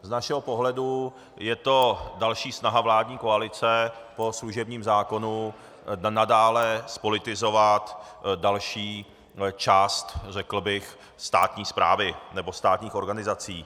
Z našeho pohledu je to další snaha vládní koalice po služebním zákonu nadále zpolitizovat další část státní správy nebo státních organizací.